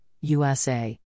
USA